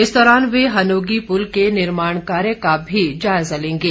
इस दौरान वह हनोगी पुल के निर्माण कार्य का भी भी जायजा लेंगे